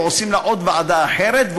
ועושים לה עוד ועדה אחרת,